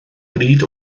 bryd